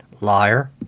liar